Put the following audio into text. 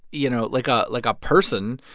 you know, like, ah like a person,